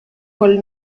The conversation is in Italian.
col